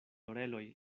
oreloj